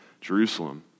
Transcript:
Jerusalem